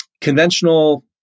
Conventional